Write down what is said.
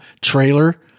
trailer